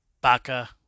baka